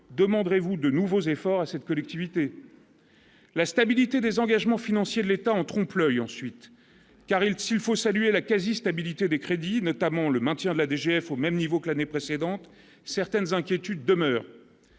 demanderez-vous de nouveaux efforts à cette collectivité la stabilité désengagement financier de l'État en trompe l'oeil, ensuite car il s'il faut saluer la quasi-stabilité des crédits notamment le maintien de la DGF au même niveau que l'année précédente, certaines inquiétudes demeurent,